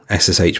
SSH